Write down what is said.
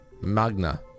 Magna